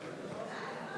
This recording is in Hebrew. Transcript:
2010,